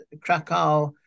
Krakow